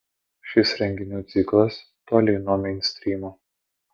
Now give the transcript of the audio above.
šis renginių ciklas toli nuo meinstrymo